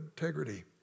integrity